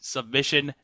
Submission